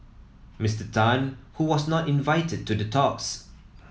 Mister Tan who was not invited to the talks